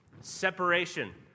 separation